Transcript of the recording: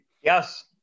Yes